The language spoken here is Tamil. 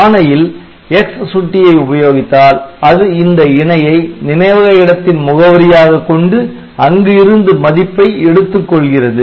ஆணையில் X சுட்டியை உபயோகித்தால் அது அந்த இணையை நினைவக இடத்தின் முகவரியாக கொண்டு அங்கு இருந்து மதிப்பை எடுத்துக்கொள்கிறது